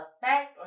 fact